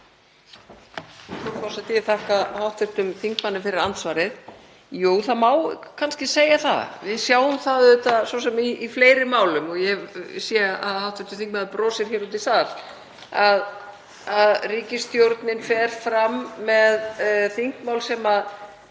forseti. Ég þakka hv. þingmanni fyrir andsvarið. Jú, það má kannski segja það og við sjáum það svo sem í fleiri málum — ég sé að hv. þingmaður brosir hér úti í sal — að ríkisstjórnin fer fram með þingmál sem